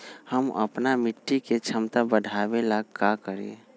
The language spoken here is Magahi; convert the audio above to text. हम अपना मिट्टी के झमता बढ़ाबे ला का करी?